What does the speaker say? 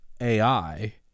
AI